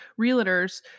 realtors